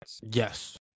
Yes